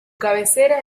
cabecera